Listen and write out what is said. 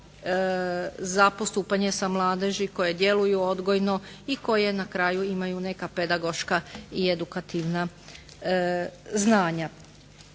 za postupanje sa mladež koje djeluju odgojno i koje na kraju imaju neka pedagoška i edukativna znanja.